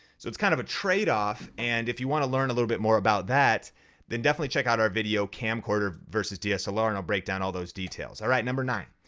so it's kind of a trade-off and if you wanna learn a little bit more about that then definitely check out our video, camcorder vs. dslr and i'll break down all those details. all right, number nine,